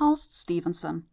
haust stefenson